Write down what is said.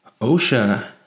OSHA